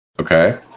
Okay